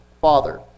Father